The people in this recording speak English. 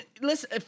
Listen